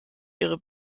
ihre